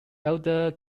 elder